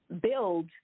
build